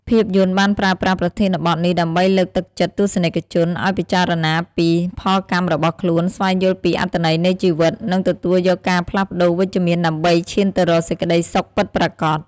ភាពយន្តបានប្រើប្រាស់ប្រធានបទនេះដើម្បីលើកទឹកចិត្តទស្សនិកជនឱ្យពិចារណាពីផលកម្មរបស់ខ្លួន ស្វែងយល់ពីអត្ថន័យនៃជីវិត និងទទួលយកការផ្លាស់ប្ដូរវិជ្ជមានដើម្បីឈានទៅរកសេចក្តីសុខពិតប្រាកដ។